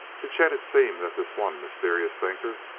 to chet it seemed that this one mysterious thinker,